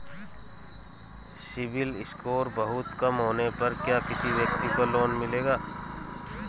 CIBIL score बहुत कम होने पर क्या किसी व्यक्ति को लोंन मिलेगा?